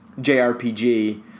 JRPG